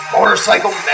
Motorcycle